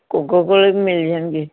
ਕੋਕੋਕੋਲੇ ਵੀ ਮਿਲ ਜਾਣਗੇ